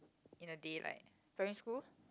in a day like primary school